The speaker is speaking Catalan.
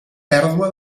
pèrdua